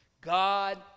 God